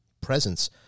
presence